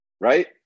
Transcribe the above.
Right